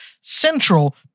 central